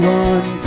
one